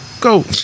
Go